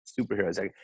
superheroes